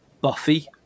buffy